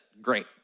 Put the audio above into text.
Great